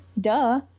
duh